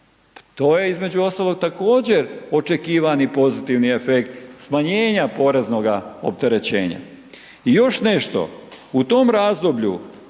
to je između ostalog također očekivani pozitivni efekt smanjenja poreznoga opterećenja. I još nešto, u tom razdoblju